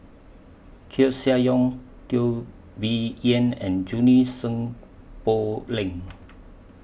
Koeh Sia Yong Teo Bee Yen and Junie Sng Poh Leng